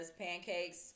pancakes